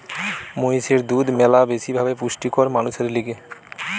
মহিষের দুধ ম্যালা বেশি ভাবে পুষ্টিকর মানুষের লিগে